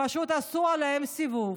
פשוט עשו עליהן סיבוב.